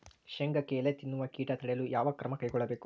ಶೇಂಗಾಕ್ಕೆ ಎಲೆ ತಿನ್ನುವ ಕೇಟ ತಡೆಯಲು ಯಾವ ಕ್ರಮ ಕೈಗೊಳ್ಳಬೇಕು?